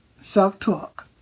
self-talk